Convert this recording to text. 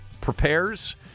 prepares